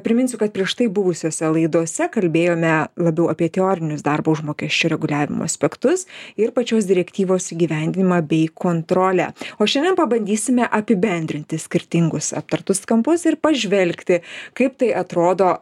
priminsiu kad prieš tai buvusiose laidose kalbėjome labiau apie teorinius darbo užmokesčio reguliavimo aspektus ir pačios direktyvos įgyvendinimą bei kontrolę o šiandien pabandysime apibendrinti skirtingus aptartus kampus ir pažvelgti kaip tai atrodo